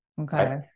Okay